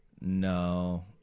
No